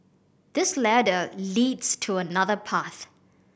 this ladder leads to another path